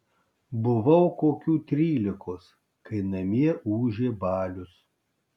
buvau kokių trylikos kai namie ūžė balius